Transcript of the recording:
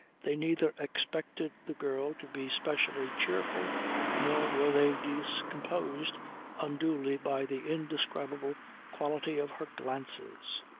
they neither expected the girl to be specially cheerful nor were they discomposed unduly by the indescribable quality of her glances.